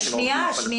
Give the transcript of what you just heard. יש לי